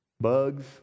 bugs